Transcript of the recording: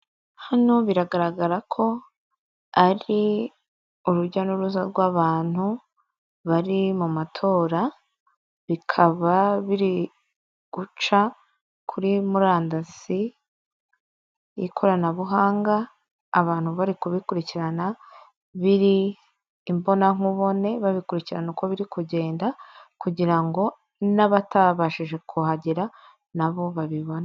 Hano biragaragara ko ari urujya n'uruza rw'abantu bari mu matora bikaba, biri guca kuri murandasi ikoranabuhanga abantu bari kubikurikirana biri imbonankubone, babikurikirana uko biri kugenda kugira ngo n'abatabashije kuhagera nabo babibone.